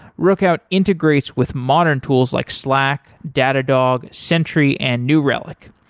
rookout integrates with modern tools like slack, datadog, sentry and new relic.